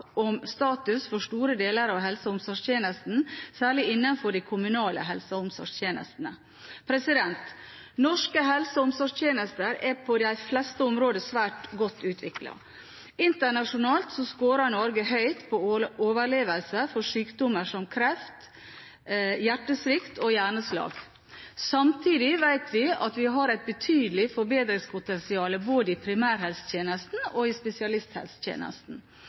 om status for store deler av helse- og omsorgstjenesten, særlig innenfor de kommunale helse- og omsorgstjenestene. Norske helse- og omsorgstjenester er på de fleste områder svært godt utviklet. Internasjonalt scorer Norge høyt på overlevelse for sykdommer som kreft, hjertesvikt og hjerneslag. Samtidig vet vi at vi har et betydelig forbedringspotensial, både i primærhelsetjenesten og i spesialisthelsetjenesten.